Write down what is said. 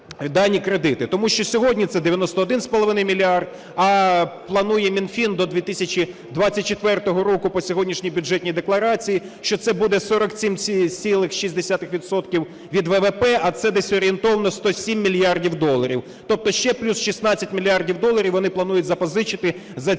Тому що сьогодні це 91,5 мільярда, а планує Мінфін до 2024 року по сьогоднішній Бюджетній декларації, що це буде 47,6 відсотка від ВВП, а це десь орієнтовно 107 мільярдів доларів. Тобто ще плюс 16 мільярдів доларів вони планують запозичити за ці